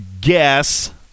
guess